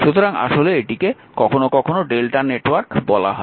সুতরাং আসলে এটিকে কখনও কখনও Δ নেটওয়ার্ক বলা হয়